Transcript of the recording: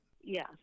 Yes